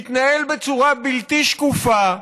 מתנהל בצורה בלתי שקופה,